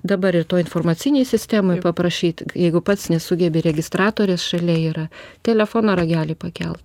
dabar ir toj informacinėj sistemoj paprašyt jeigu pats nesugebi registratorės šalia yra telefono ragelį pakelt